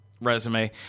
resume